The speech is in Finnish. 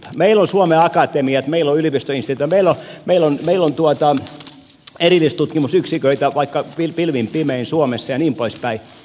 meillä on suomen akatemiat meillä on yliopistoinstituutio meillä on suomessa erillistutkimusyksiköitä vaikka pilvin pimein ja niin poispäin